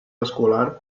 escolar